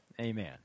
amen